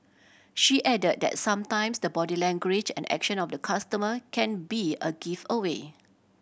she added that sometimes the body language and action of the customer can be a giveaway